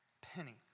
penny